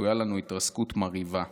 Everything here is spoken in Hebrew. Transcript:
צפויה לנו התרסקות מרהיבה.